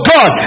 God